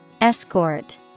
Escort